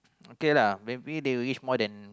okay lah maybe they will use more than